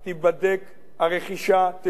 הרכישה תאושר,